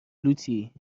لوتی